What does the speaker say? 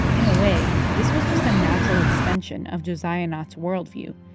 in a way, this was just a natural extension of josiah nott's worldview.